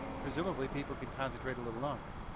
presumably people could concentrate a little longer.